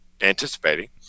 anticipating